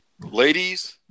Ladies